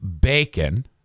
bacon